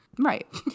Right